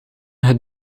het